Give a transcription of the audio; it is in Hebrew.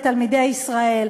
לתלמידי ישראל.